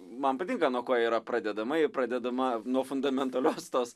man patinka nuo ko yra pradedama ji pradedama nuo fundamentalios tos